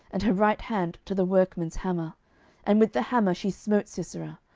and her right hand to the workmen's hammer and with the hammer she smote sisera,